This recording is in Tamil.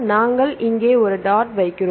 நாங்கள் இங்கே ஒரு டாட் வைக்கிறோம்